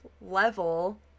level